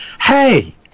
Hey